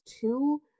two